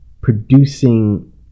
producing